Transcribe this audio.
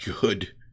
good